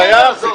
זה קיים.